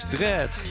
Dread